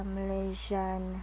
Malaysian